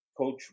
Coach